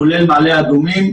כולל מעלה אדומים,